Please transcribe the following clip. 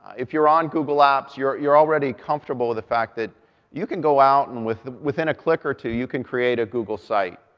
if you're on google apps, you're you're already comfortable with the fact that you can go out and within a click or two, you can create a google site.